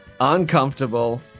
uncomfortable